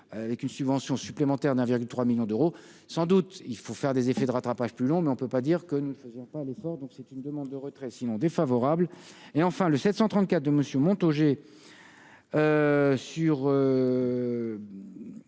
avec une subvention supplémentaire d'1 virgule 3 millions d'euros, sans doute, il faut faire des effets de rattrapage plus long mais on ne peut pas dire que nous ne faisons pas l'effort, donc c'est une demande de retrait sinon défavorable et enfin le 734 de monsieur Montaugé sur